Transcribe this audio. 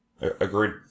agreed